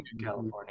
California